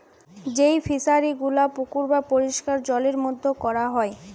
যেই ফিশারি গুলা পুকুর বা পরিষ্কার জলের মধ্যে কোরা হয়